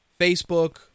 Facebook